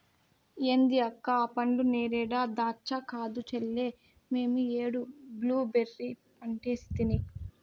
ఏంది అక్క ఆ పండ్లు నేరేడా దాచ్చా కాదు చెల్లే మేమీ ఏడు బ్లూబెర్రీ పంటేసితిని